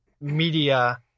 media